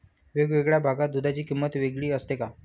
वेगवेगळ्या भागात दूधाची किंमत वेगळी असते का?